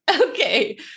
Okay